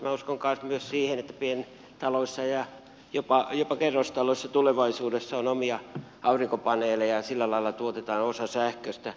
minä uskon myös siihen että pientaloissa ja jopa kerrostaloissa tulevaisuudessa on omia aurinkopaneeleja ja sillä lailla tuotetaan osa sähköstä